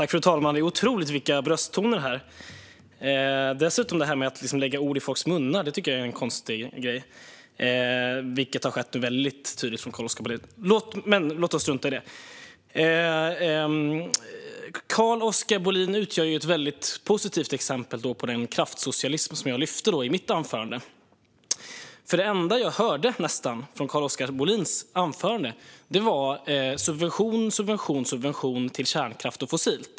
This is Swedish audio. Fru talman! Det är otroligt vilka brösttoner man får höra här! Att dessutom lägga ord i folks mun, vilket har skett tydligt från Carl-Oskar Bohlins sida, tycker jag är en konstig grej. Men låt oss strunta i det. Carl-Oskar Bohlin utgör ett positivt exempel på den kraftsocialism som jag lyfte i mitt anförande. Nästan det enda jag hörde i hans anförande var subvention, subvention och subvention till kärnkraft och fossilt.